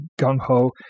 gung-ho